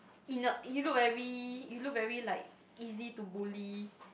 inert you look very you look very like easy to bully